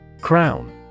Crown